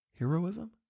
Heroism